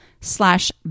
slash